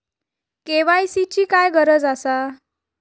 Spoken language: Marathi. के.वाय.सी ची काय गरज आसा?